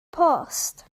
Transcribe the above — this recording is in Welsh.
post